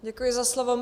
Děkuji za slovo.